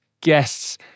guests